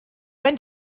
when